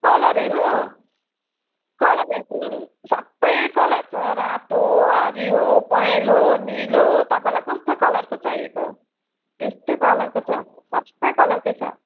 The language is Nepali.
कलरहरू कलरहरू सबै कलर छ रातो हरियो पहेँलो निलो तपाईँलाई कस्तो कलरको चाहिएको त्यस्तै कलरको छ सबै कलरकै छ